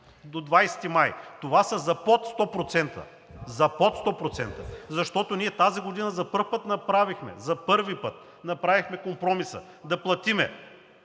До 20 май! Това са за под 100%. За под 100%! Защото ние тази година за първи път – за първи път! – направихме компромиса да платим